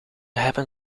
hebben